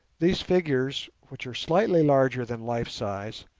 these figures, which are slightly larger than life-size,